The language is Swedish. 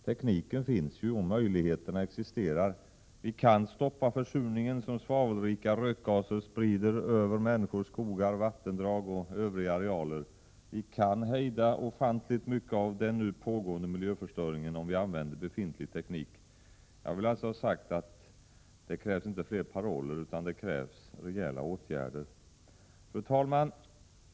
Tekniken finns ju, och möjligheterna existerar: Vi kan stoppa försurningen som svavelrika rökgaser sprider över människor, skogar, vattendrag och övriga arealer. Vi kan hejda ofantligt mycket av den nu pågående miljöförstöringen, om vi använder befintlig teknik. Jag vill alltså ha sagt att det nu inte krävs fler paroller, utan det krävs rejäla åtgärder. Fru talman!